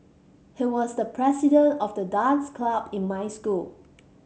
he was the president of the dance club in my school